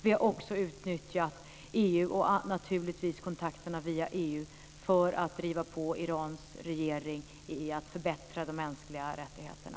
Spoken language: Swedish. Vi har också utnyttjat EU och kontakterna via EU för att driva på Irans regering när det gäller att förbättra de mänskliga rättigheterna.